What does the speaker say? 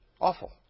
awful